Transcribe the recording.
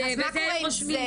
אז מה קורה עם זה?